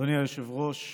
אדוני היושב-ראש,